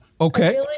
Okay